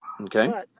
Okay